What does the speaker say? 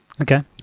okay